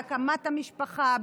בהקמת המשפחה,